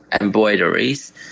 embroideries